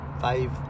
Five